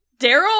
Daryl